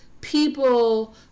people